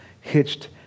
hitched